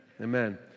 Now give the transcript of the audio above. amen